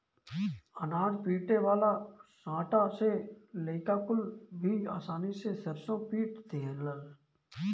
अनाज पीटे वाला सांटा से लईका कुल भी आसानी से सरसों पीट देलन